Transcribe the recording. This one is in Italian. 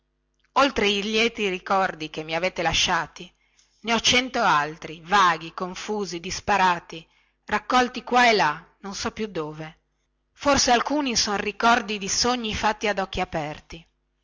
oltre i lieti ricordi che mi avete lasciati ne ho cento altri vaghi confusi disparati raccolti qua e là non so più dove forse alcuni son ricordi di sogni fatti ad occhi aperti